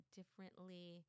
differently